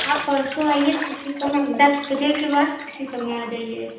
आप परसों आइए किसी समय दस बजे के बाद किसी समय आ जाइए